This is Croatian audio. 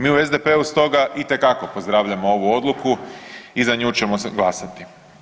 Mi u SDP-u stoga itekako pozdravljamo ovu odluku i za nju ćemo glasati.